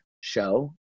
show